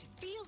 feel